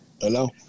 Hello